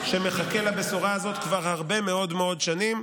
שמחכה לבשורה הזאת כבר הרבה מאוד שנים.